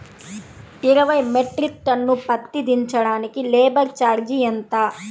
ఇరవై metric ton పత్తి దించటానికి లేబర్ ఛార్జీ ఎంత?